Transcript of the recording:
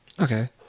Okay